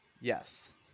Yes